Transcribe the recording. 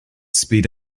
speed